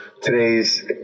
today's